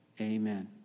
amen